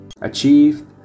achieved